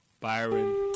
Byron